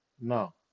No